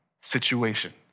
situation